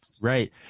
Right